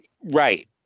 Right